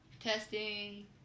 Testing